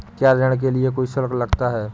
क्या ऋण के लिए कोई शुल्क लगता है?